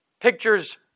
pictures